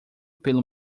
pelo